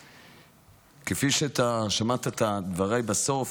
כפי שאתה שמעת את דבריי בסוף,